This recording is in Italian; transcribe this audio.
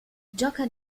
gioca